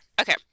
Okay